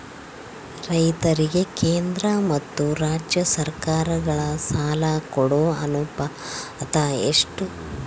ರೈತರಿಗೆ ಕೇಂದ್ರ ಮತ್ತು ರಾಜ್ಯ ಸರಕಾರಗಳ ಸಾಲ ಕೊಡೋ ಅನುಪಾತ ಎಷ್ಟು?